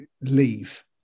leave